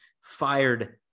fired